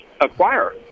acquire